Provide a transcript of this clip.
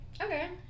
Okay